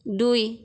দুই